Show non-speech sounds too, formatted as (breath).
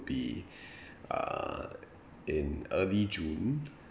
be (breath) uh in early june